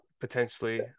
potentially